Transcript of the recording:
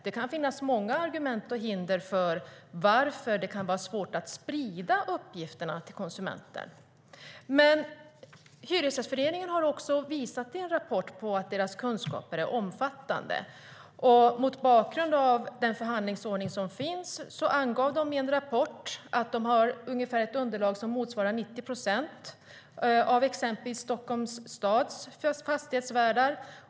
Det kan finnas många argument mot och hinder för att sprida uppgifterna till konsumenten. Hyresgästföreningen har dock i en rapport visat på att dess kunskaper är omfattande. Mot bakgrund av den förhandlingsordning som finns angav föreningen i en rapport att man har ett underlag som motsvarar ungefär 90 procent av exempelvis Stockholms stads fastighetsvärdar.